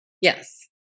Yes